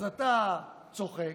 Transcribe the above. אתה צוחק,